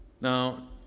Now